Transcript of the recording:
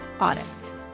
audit